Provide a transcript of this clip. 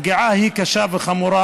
הפגיעה היא קשה וחמורה,